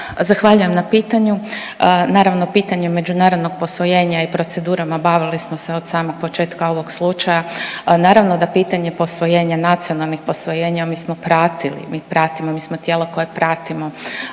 Zahvaljujem na pitanju, naravno pitanjem međunarodnog posvojenja i procedurama bavili smo se od samog početka ovog slučaja. Naravno da pitanje posvojenja, nacionalnih posvojenja, mi smo pratili, mi pratimo, mi smo tijelo koje pratimo